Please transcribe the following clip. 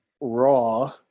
Raw